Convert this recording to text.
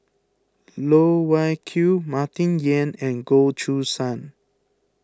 Loh Wai Kiew Martin Yan and Goh Choo San